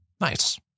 Nice